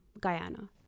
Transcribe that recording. Guyana